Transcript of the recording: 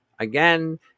Again